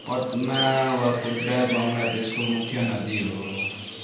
पद्मा वा पोड्डा बङ्गलादेशको मुख्य नदी हो